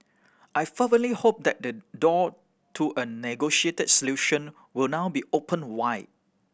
I fervently hope that the door to a negotiated solution will now be opened wide